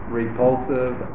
repulsive